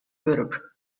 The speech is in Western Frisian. wurk